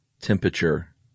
temperature